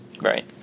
Right